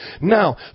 Now